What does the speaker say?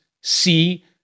see